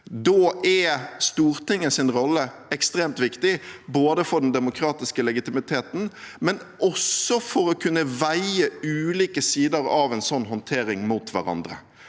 Da er Stortingets rolle ekstremt viktig, både for den demokratiske legitimiteten og for å kunne veie ulike sider av en sånn håndtering opp mot hverandre.